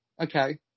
okay